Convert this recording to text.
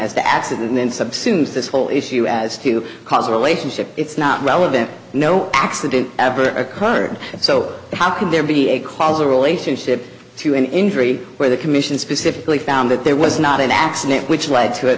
as the accident in subsumes this whole issue as to cause a relationship it's not relevant no accident ever occurred so how can there be a causal relationship to an injury where the commission specifically found that there was not an accident which led to a